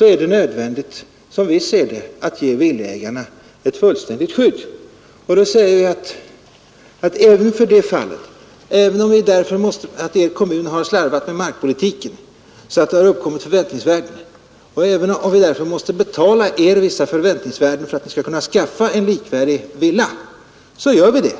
är det, som vi ser det, nödvändigt att ge villaägarna ett fullständigt skydd. Därför säger jag till villaägarna att ”om er kommun har slarvat med markpolitiken så att förväntningsvärden har uppkommit, då måste vi kanske betala er vissa förväntningsvärden för att ni skall kunna skaffa en likvärdig villa. I så fall gör vi det.